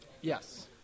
Yes